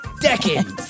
decades